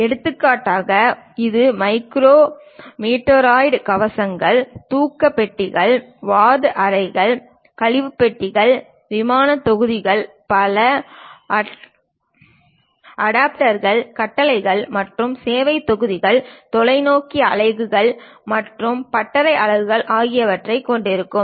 எடுத்துக்காட்டாக இது மைக்ரோமீட்டோராய்டு கவசங்கள் தூக்க பெட்டிகள் வார்டு அறைகள் கழிவு பெட்டிகள் விமான தொகுதிகள் பல அடாப்டர்கள் கட்டளை மற்றும் சேவை தொகுதிகள் தொலைநோக்கி அலகுகள் மற்றும் பட்டறை அலகுகள் ஆகியவற்றைக் கொண்டிருக்கலாம்